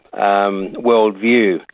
worldview